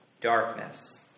darkness